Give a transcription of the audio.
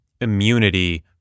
immunity